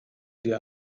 dir